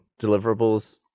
deliverables